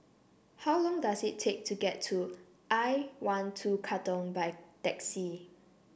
how long does it take to get to I one two Katong by taxi